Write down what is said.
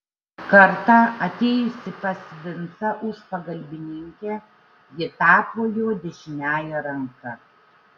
kartą atėjusi pas vincą už pagalbininkę ji tapo jo dešiniąja ranka